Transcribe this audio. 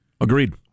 Agreed